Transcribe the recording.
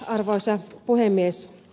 arvoisa puhemies